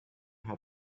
had